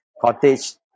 cottage